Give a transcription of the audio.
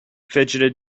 fidgeted